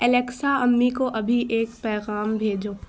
Alexa امی کو ابھی ایک پیغام بھیجو